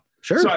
Sure